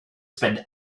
spend